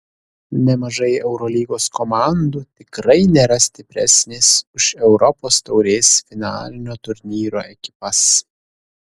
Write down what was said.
nemažai eurolygos komandų tikrai nėra stipresnės už europos taurės finalinio turnyro ekipas